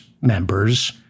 members